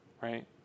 right